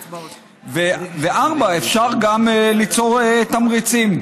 4. אפשר גם ליצור תמריצים.